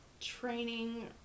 training